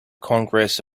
congress